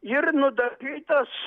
ir nudažytas